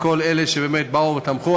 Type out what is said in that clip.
כל אלה שבאו ותמכו.